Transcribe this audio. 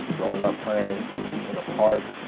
not playing in the park.